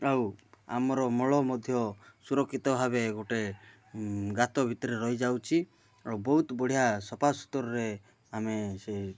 ଆଉ ଆମର ମଳ ମଧ୍ୟ ସୁରକ୍ଷିତ ଭାବେ ଗୋଟେ ଗାତ ଭିତରେ ରହିଯାଉଛି ଆଉ ବହୁତ ବଢ଼ିଆ ସଫାସୁତରରେ ଆମେ ସେ